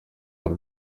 hari